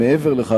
מעבר לכך,